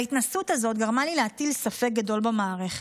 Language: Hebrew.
ההתנסות הזאת גרמה לי להטיל ספק גדול במערכת.